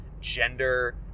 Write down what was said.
gender